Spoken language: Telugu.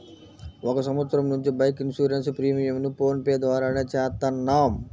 ఒక సంవత్సరం నుంచి బైక్ ఇన్సూరెన్స్ ప్రీమియంను ఫోన్ పే ద్వారానే చేత్తన్నాం